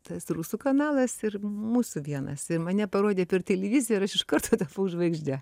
tas rusų kanalas ir mūsų vienas ir mane parodė per televiziją ir aš iš karto tapau žvaigžde